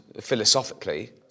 philosophically